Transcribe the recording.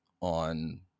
on